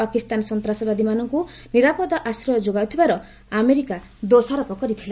ପାକିସ୍ତାନ ସନ୍ତାସବାଦୀମାନଙ୍କୁ ନିରାପଦ ଆଶ୍ରୟ ଯୋଗାଉଥିବାର ଆମେରିକା ଦୋଷାରୋପ କରିଥିଲା